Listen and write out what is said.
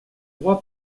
droit